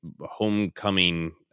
homecoming